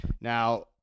now